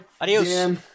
Adios